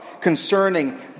concerning